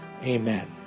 Amen